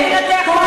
השתתף,